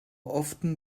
often